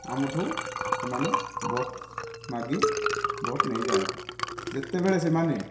ଆମଠୁ ସେମାନେ ଭୋଟ ମାଗି ଭୋଟ ନେଇଯାଆନ୍ତି ଯେତେବେଳେ ସେମାନେ